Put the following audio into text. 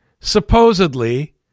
supposedly